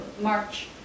March